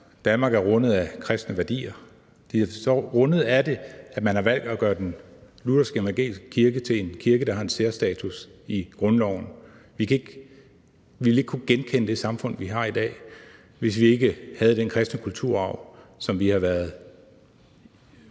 Danmark er rundet af kristne værdier, og det er så rundet af dem, at man har valgt at gøre den luthersk-evangeliske kirke til en kirke, der har en særstatus i grundloven. Vi ville ikke kunne genkende det samfund, vi har i dag, hvis vi ikke havde den kristne kulturarv, som vi har haft